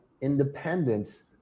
independence